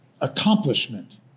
accomplishment